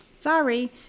Sorry